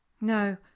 No